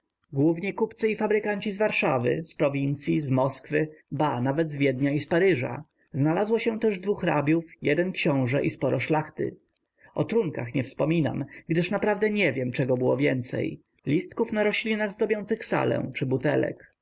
głównie kupcy i fabrykanci z warszawy z prowincyi z moskwy ba nawet z wiednia i z paryża znalazło się też dwu hrabiów jeden książe i sporo szlachty o trunkach nie wspominam gdyż naprawdę nie wiem czego było więcej listków na roślinach zdobiących salę czy butelek